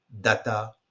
data